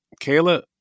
Kayla